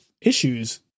issues